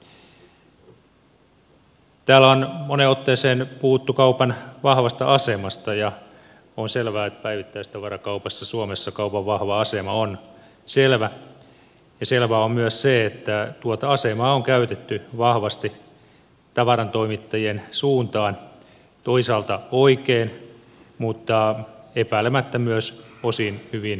täällä on moneen otteeseen puhuttu kaupan vahvasta asemasta ja on selvää että päivittäistavarakaupassa suomessa kaupan vahva asema on selvä ja selvää on myös se että tuota asemaa on käytetty vahvasti tavarantoimittajien suuntaan toisaalta oikein mutta epäilemättä osin myös hyvin kyseenalaisesti